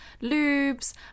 lubes